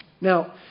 Now